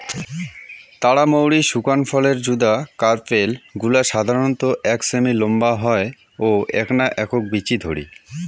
তারা মৌরি শুকান ফলের যুদা কার্পেল গুলা সাধারণত এক সেমি নম্বা হয় ও এ্যাকনা একক বীচি ধরি